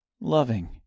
loving